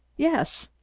yes.